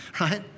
right